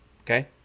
Okay